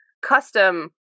custom